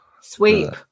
Sweep